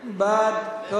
ונגד,